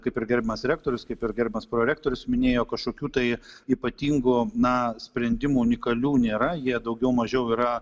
kaip ir pirmas rektorius kaip ir gerbiamas prorektorius minėjo kažkokių tai ypatingų na sprendimų unikalių nėra jie daugiau mažiau yra